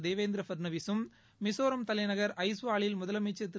தேவேந்திர பட்னாவிசும் மிசோராம் தலைநகர் ஐஸ்வாலில் முதலமைச்சர் திரு